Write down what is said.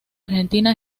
argentina